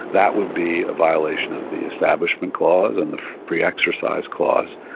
that would be a violation of the establishment clause and the free exercise clause.